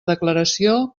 declaració